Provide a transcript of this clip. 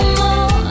more